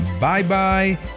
bye-bye